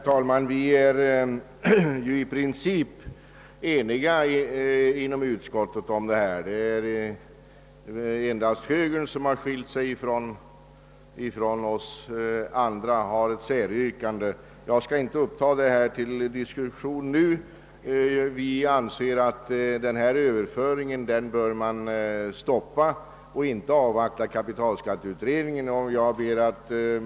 Herr talman! I princip är vi inom utskottet eniga om detta förslag. Det är endast moderata samlingspartiets representanter som framställer ett säryrkande. Jag skall inte ta upp det till diskussion nu. Vi anser att den här överföringen av förmögenheter bör stoppas, vilket kan ske utan att avvakta kapitalskatteutredningen.